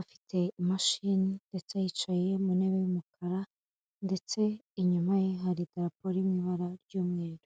afite imashini ndetse yicaye mu ntebe y'umukara ndetse inyuma ye hari idarapo riri mu ibara ry'umweru.